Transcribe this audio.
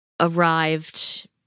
arrived